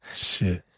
shit.